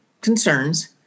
concerns